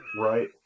right